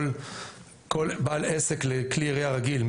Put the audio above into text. כל בעל עסק לכלי ירייה רגיל,